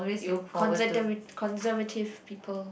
you conserv~ conservative people